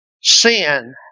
Sin